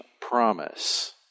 promise